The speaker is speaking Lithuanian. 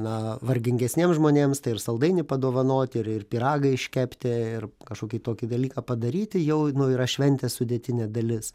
na vargingesniems žmonėms tai ir saldainį padovanoti ir ir pyragą iškepti ir kažkokį tokį dalyką padaryti jau yra šventės sudėtinė dalis